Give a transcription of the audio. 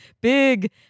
big